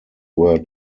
were